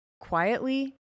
quietly